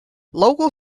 local